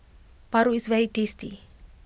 Paru is very tasty